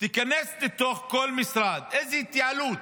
תיכנס לכל לתוך כל משרד, איזו התייעלות